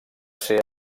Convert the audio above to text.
ser